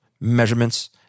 measurements